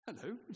Hello